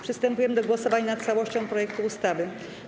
Przystępujemy do głosowania nad całością projektu ustawy.